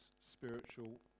spiritual